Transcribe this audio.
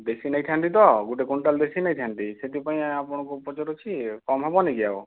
ଦେଶୀ ନେଇଥାନ୍ତି ତ ଗୋଟେ କୁଇଣ୍ଟାଲ ଦେଶୀ ନେଇଥାନ୍ତି ସେଥିପାଇଁ ଆପଣଙ୍କୁ ପଚାରୁଛି କମ୍ ହବନି କି ଆଉ